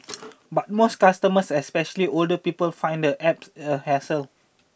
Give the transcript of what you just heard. but most customers especially older people find the App a hassle